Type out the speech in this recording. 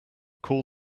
call